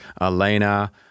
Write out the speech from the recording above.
Elena